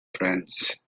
friends